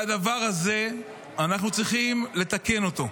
והדבר הזה, אנחנו צריכים לתקן אותו,